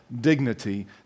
dignity